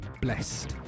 Blessed